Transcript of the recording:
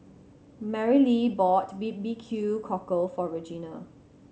Marylee bought B B Q Cockle for Regena